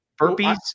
burpees